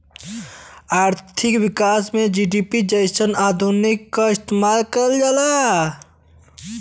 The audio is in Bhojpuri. आर्थिक विकास में जी.डी.पी जइसन अनुमान क इस्तेमाल करल जाला